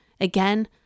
Again